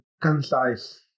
concise